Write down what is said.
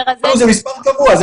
זה מספר קבוע,